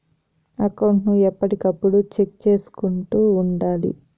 account ను ఎప్పటికప్పుడు check చేసుకుంటూ ఉండాలి